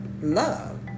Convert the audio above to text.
love